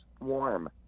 warm